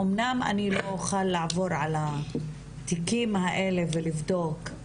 אומנם אני לא אוכל לעבור על התיקים האלה ולבדוק,